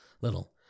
Little